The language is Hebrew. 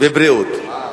והבריאות נתקבלה.